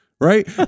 Right